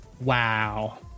Wow